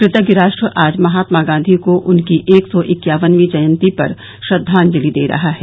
कृतज्ञ राष्ट्र आज महात्मा गांधी को उनकी एक सौ इक्यावनवीं जयन्ती पर श्रद्वांजलि दे रहा है